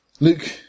Luke